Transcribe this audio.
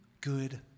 good